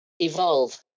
Evolve